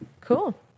Cool